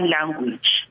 Language